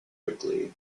quickly